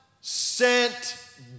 sent